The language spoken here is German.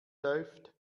läuft